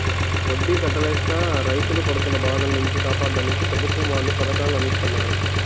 వడ్డీ కట్టలేక రైతులు పడుతున్న బాధల నుంచి కాపాడ్డానికి ప్రభుత్వం వాళ్ళు పథకాలను అందిత్తన్నారు